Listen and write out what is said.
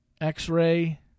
x-ray